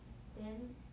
then